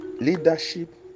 Leadership